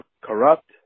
corrupt